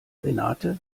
renate